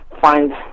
find